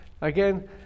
again